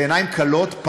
בעיניים כלות,